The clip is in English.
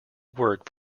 work